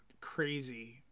crazy